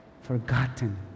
Forgotten